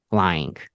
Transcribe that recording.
lying